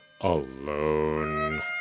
alone